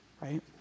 Right